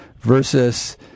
versus